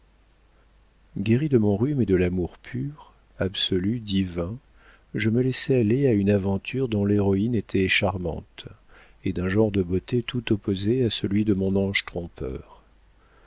guéri de mon rhume et de l'amour pur absolu divin je me laissai aller à une aventure dont l'héroïne était charmante et d'un genre de beauté tout opposé à celui de mon ange trompeur